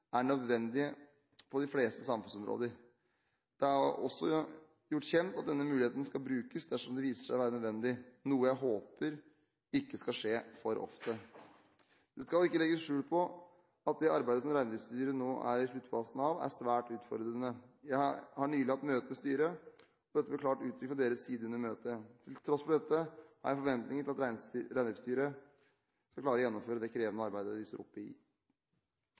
er nødvendig på de fleste samfunnsområder. Det er også gjort kjent at denne muligheten skal brukes dersom det viser seg å være nødvendig, noe jeg håper ikke skal skje for ofte. Det skal ikke legges skjul på at det arbeidet som Reindriftsstyret nå er i sluttfasen av, er svært utfordrende. Jeg har nylig hatt møte med styret, og dette ble klart uttrykt fra deres side under møtet. Til tross for dette, har jeg forventninger til at Reindriftsstyret skal klare å gjennomføre det krevende arbeidet de står oppe i.